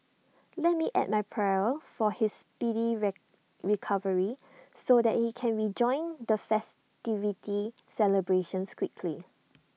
let me add my prayer for his speedy red recovery so that he can rejoin the festivity celebrations quickly